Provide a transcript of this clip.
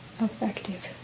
effective